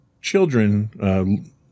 children